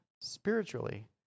Spiritually